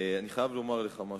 אני חייב לומר לך משהו,